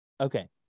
Okay